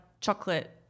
chocolate